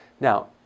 now